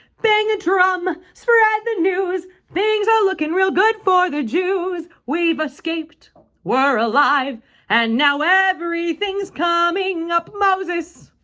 bang a drum spread the news things are looking real good for the jews we've escaped we're alive and now everything's coming up moses